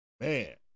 Man